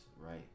right